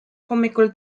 hommikul